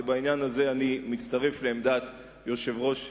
ובעניין הזה אני מצטרף לעמדת יושב-ראש הכנסת,